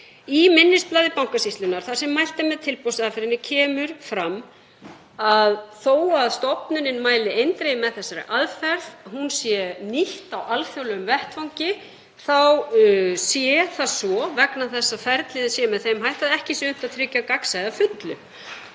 Í minnisblaði Bankasýslunnar, þar sem mælt er með tilboðsaðferðinni, kemur fram að þó að stofnunin mæli eindregið með þessari aðferð, hún sé nýtt á alþjóðlegum vettvangi, þá sé það svo, vegna þess að ferlið sé með þeim hætti, að ekki sé unnt að tryggja gagnsæi að fullu.